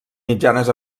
mitjanes